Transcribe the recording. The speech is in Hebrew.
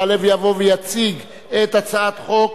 יעלה ויבוא ויציג את הצעת חוק